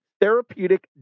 Therapeutic